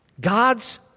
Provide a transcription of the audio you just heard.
God's